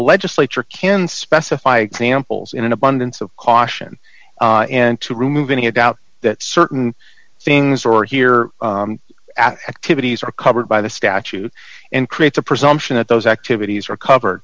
legislature can specify examples in an abundance of caution and to remove any doubt that certain things or hear activities are covered by the statute and create the presumption that those activities are covered